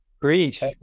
Great